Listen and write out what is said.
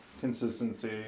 consistency